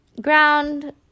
ground